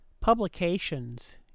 publications